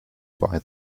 buy